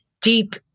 deep